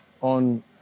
on